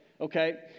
okay